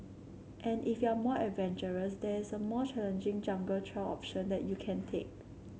and if you're more adventurous there's a more challenging jungle trail option that you can take